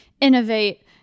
innovate